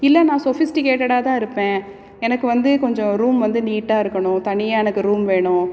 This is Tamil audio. இல்லை நான் சொஃபிஸ்டிகேட்டடாதான் இருப்பேன் எனக்கு வந்து கொஞ்சம் ரூம் வந்து நீட்டாக இருக்கணும் தனியாக எனக்கு ரூம் வேணும்